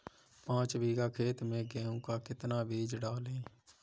पाँच बीघा खेत में गेहूँ का कितना बीज डालें?